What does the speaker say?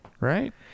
Right